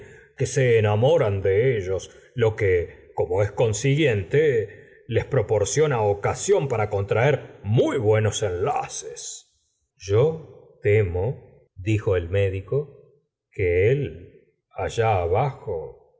que se enamoran de ellos lo que como es consiguiente les la señora de bovary gustavo flaubert proporciona ocasión para contraer muy buenos enlaces yo temo dijo el médico que él allá abajo